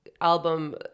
album